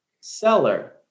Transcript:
seller